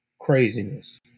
craziness